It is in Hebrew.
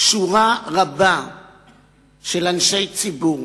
שורה גדולה של אנשי ציבור,